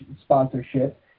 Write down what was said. sponsorship